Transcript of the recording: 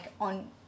on